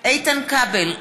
איתן כבל, נגד